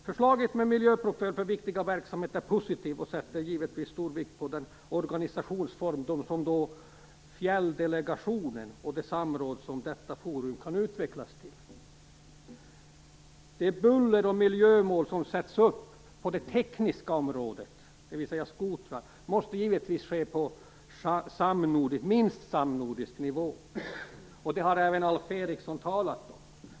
Förslaget med miljömål för viktiga verksamheter är positivt, och vi fäster givetvis stor vikt vid den organisationsform som fjälldelegationen utgör och det samråd som detta forum kan utvecklas till. De buller och miljömål som sätts upp på det tekniska området, dvs. skotrar, måste givetvis ske på minst samnordisk nivå. Det har även Alf Eriksson talat om.